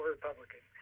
Republican